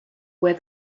where